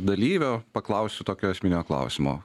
dalyvio paklausiu tokio esminio klausimo